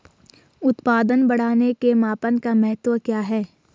उत्पादन बढ़ाने के मापन का महत्व क्या है?